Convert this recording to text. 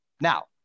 Now